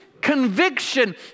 conviction